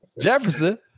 Jefferson